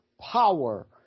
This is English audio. power